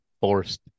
forced